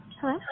Hello